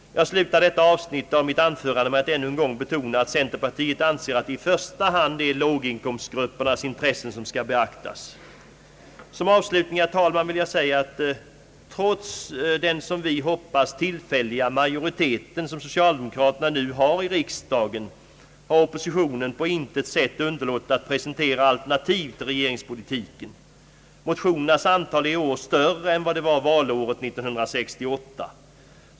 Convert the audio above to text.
Jag slutar detta avsnitt av mitt anförande med att ännu en gång betona att centerpartiet anser att det i första hand är låginkomstgruppernas intressen som skall tillgodoses. Som avslutning, herr talman, vill jag säga att trots den som vi hoppas tillfälliga majoritet som socialdemokraterna nu har i riksdagen har oppositionen på intet sätt underlåtit att presentera alternativ till regeringspolitiken. Motionernas antal är större i år än vad det var valåret 1968.